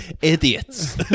idiots